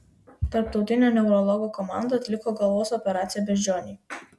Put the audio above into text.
tarptautinė neurologų komanda atliko galvos operaciją beždžionei